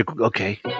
Okay